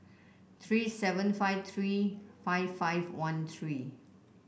three seven five three five five one three